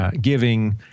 giving